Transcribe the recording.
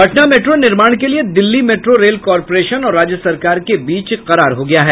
Patna metro निर्माण के लिये दिल्ली मेट्रो रेल कॉरपोरेशन और राज्य सरकार के बीच करार हो गया है